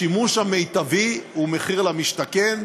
השימוש המיטבי הוא מחיר למשתכן,